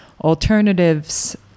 alternatives